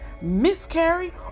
miscarry